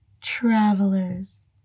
travelers